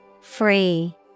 Free